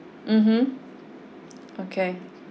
mmhmm okay